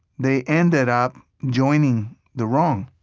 they ended up joining the wrong.